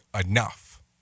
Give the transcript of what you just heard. enough